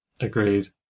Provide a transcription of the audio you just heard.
agreed